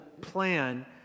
plan